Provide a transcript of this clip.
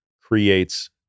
creates